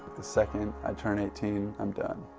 the second i turn eighteen, i'm done.